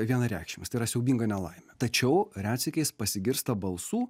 vienareikšmis tai yra siaubinga nelaimė tačiau retsykiais pasigirsta balsų